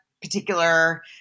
particular